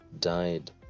died